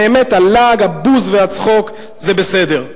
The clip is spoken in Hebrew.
באמת הלעג, הבוז והצחוק, זה בסדר.